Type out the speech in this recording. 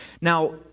Now